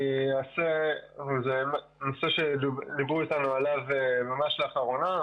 זה נושא שדיברו איתנו עליו ממש לאחרונה.